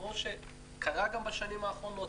כמו שקרה גם בשנים האחרונות,